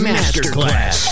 Masterclass